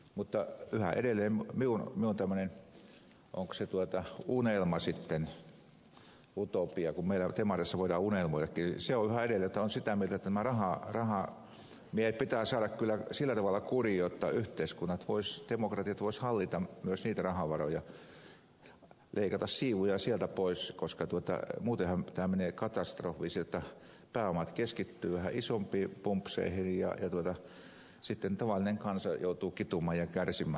mutta yhä edelleen minun onko se sitten unelma utopia kun meillä demareissa voidaan unelmoidakin on yhä edelleen se että meidät pitää saada sillä tavalla kuriin jotta yhteiskunnat demokratiat voisivat hallita myös niitä rahavaroja leikata siivuja sieltä pois koska muutenhan tämä menee katastrofiksi pääomat keskittyvät vähän isompiin pumpseihin ja tavallinen kansa joutuu kitumaan ja kärsimään siinä